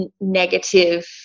negative